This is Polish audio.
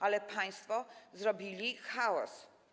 Ale państwo zrobili chaos.